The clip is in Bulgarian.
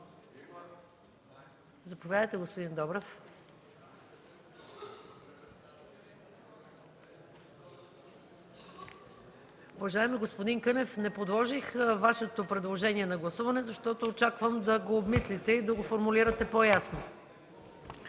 реплики от ГЕРБ.) Уважаеми господин Кънев, не подложих Вашето предложение на гласуване, защото очаквам да го обмислите и да го формулирате по-ясно.